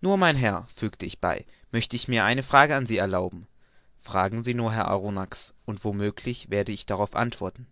nur mein herr fügte ich bei möchte ich mir eine frage an sie erlauben fragen sie nur herr arronax und wo möglich werde ich darauf antworten